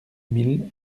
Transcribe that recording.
mille